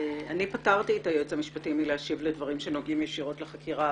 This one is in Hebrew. אני פטרתי את היועץ המשפטי מלהשיב לדברים שנוגעים ישירות לחקירה,